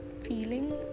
feeling